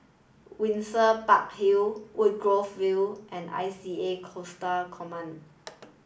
Windsor Park Hill Woodgrove View and I C A Coastal Command